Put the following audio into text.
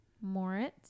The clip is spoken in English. Moritz